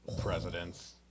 Presidents